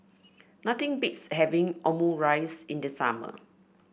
nothing beats having Omurice in the summer